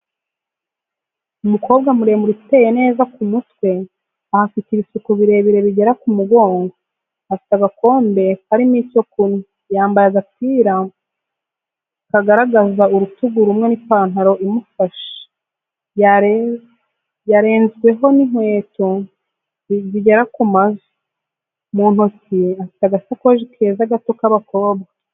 Umukobwa muremure uteye neza ku mutwe ahafite ibisuko birebire bigera mu mugongo, afite agakombe karimo icyo kunywa, yambaye agapira kagaragaza urutugu rumwe n'ipantaro imufashe yarenzweho n'inkweto zigera mu mavi, mu ntoki afite agasakoshi keza gato k'abakobwa.